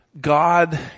God